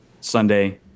Sunday